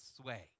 sway